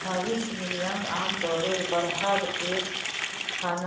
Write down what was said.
भविष्य मूल्यक आमतौरेर पर हर एकखन